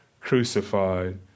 crucified